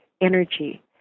energy